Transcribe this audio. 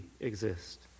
exist